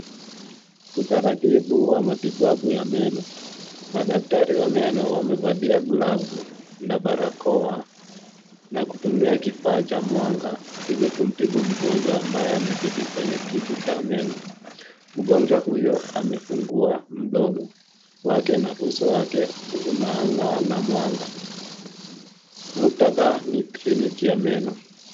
Utaratibu wa matibabu ya meno. Madaktari wa meno wamevalia glavu na barakoa na kutumia kifaa cha mwanga ili kumtibu mgonjwa ambaye ameketi kwenye kiti cha meno. Mgonjwa huyo amevungua mdogo wake na uso wake unang'aa na mwanga. Mkutadha ni kliniki ya meno.